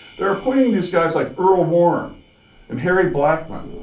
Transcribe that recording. they're appointing these guys like earl warren and harry blackmun.